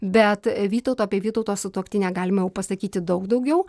bet vytauto apie vytauto sutuoktinę galima jau pasakyti daug daugiau